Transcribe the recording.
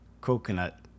Coconut